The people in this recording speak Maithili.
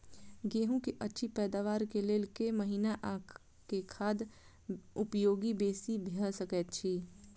गेंहूँ की अछि पैदावार केँ लेल केँ महीना आ केँ खाद उपयोगी बेसी भऽ सकैत अछि?